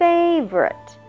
Favorite